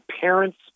parents